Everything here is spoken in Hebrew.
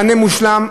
מענה מושלם,